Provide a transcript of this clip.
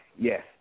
Yes